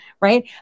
right